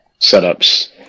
setups